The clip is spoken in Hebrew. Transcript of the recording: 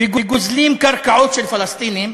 וגוזלים קרקעות של פלסטינים,